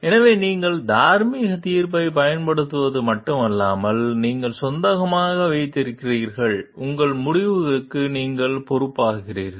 எனவே நீங்கள் தார்மீக தீர்ப்பைப் பயன்படுத்துவது மட்டுமல்லாமல் நீங்கள் சொந்தமாக வைத்திருக்கிறீர்கள் உங்கள் முடிவுகளுக்கு நீங்கள் பொறுப்பேற்கிறீர்கள்